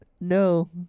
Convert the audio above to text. No